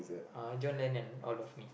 uh John Lennon all of me